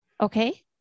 Okay